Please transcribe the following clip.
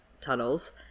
tunnels